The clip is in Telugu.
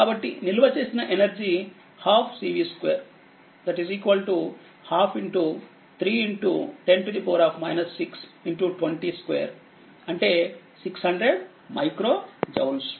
కాబట్టి నిల్వ చేసిన ఎనర్జీ 12cv 2 ½ 310 6202అంటే 600 మైక్రో జౌల్స్